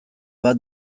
bat